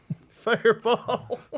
Fireball